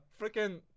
freaking